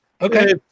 Okay